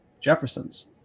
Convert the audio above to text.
Jefferson's